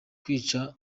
kwica